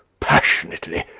passionately,